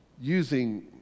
using